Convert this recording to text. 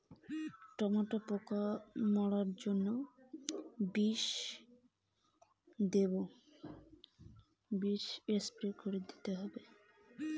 টমেটোর পোকা মারার জন্য কোন ওষুধ দেব?